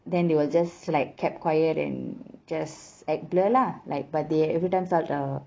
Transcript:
then they will just like kept quiet and just act blur lah like but they every time felt her